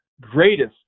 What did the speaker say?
greatest